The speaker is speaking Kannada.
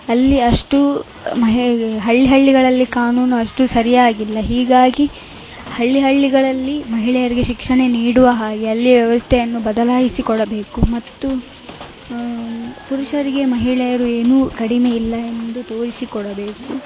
ಅಲ್ಲಿ ಅಷ್ಟು ಮಹಿ ಹಳ್ಳಿ ಹಳ್ಳಿಗಳಲ್ಲಿ ಕಾನೂನು ಅಷ್ಟು ಸರಿಯಾಗಿಲ್ಲ ಹೀಗಾಗಿ ಹಳ್ಳಿ ಹಳ್ಳಿಗಳಲ್ಲಿ ಮಹಿಳೆಯರಿಗೆ ಶಿಕ್ಷಣ ನೀಡುವ ಹಾಗೆ ಅಲ್ಲಿಯ ವ್ಯವಸ್ಥೆಯನ್ನು ಬದಲಾಯಿಸಿಕೊಳ್ಳಬೇಕು ಮತ್ತು ಪುರುಷರಿಗೆ ಮಹಿಳೆಯರು ಏನೂ ಕಡಿಮೆ ಇಲ್ಲ ಎಂದು ತೋರಿಸಿಕೊಡಬೇಕು